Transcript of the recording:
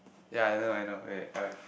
ya I know I know wait uh